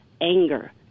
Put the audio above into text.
anger